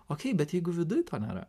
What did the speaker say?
okei bet jeigu viduj to nėra